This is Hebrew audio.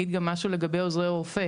יש עוזר רופא